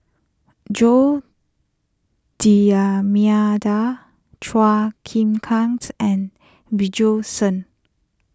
Jose D'Almeida Chua king Kang's and Bjorn Shen